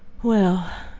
well,